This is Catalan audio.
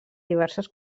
diverses